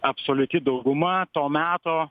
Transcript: absoliuti dauguma to meto